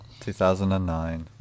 2009